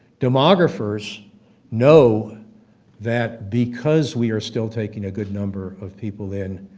demographers know that because we are still taking a good number of people in,